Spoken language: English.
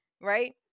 right